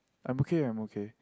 I'm okay I'm okay